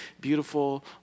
beautiful